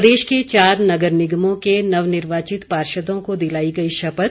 प्रदेश के चार नगर निगमों के नवनिर्वाचित पार्षदों को दिलाई गई शपथ